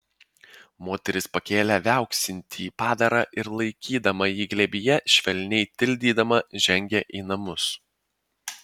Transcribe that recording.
moteris pakėlė viauksintį padarą ir laikydama jį glėbyje švelniai tildydama žengė į namus